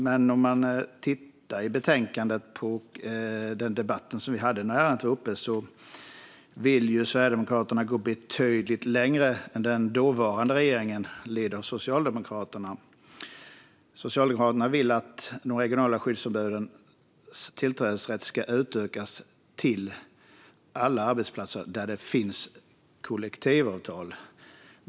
Men om man tittar i betänkandet och på den debatt som var när ärendet var uppe ser man att Sverigedemokraterna vill gå betydligt längre än den dåvarande regeringen, ledd av Socialdemokraterna. Socialdemokraterna vill att de regionala skyddsombudens tillträdesrätt ska utökas till alla arbetsplatser där det finns kollektivavtal.